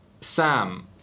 Sam